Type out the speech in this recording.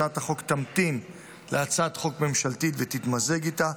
הצעת החוק תמתין להצעת חוק ממשלתית ותתמזג איתה.